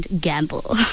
Gamble